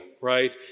right